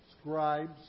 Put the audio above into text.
scribes